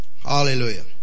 Hallelujah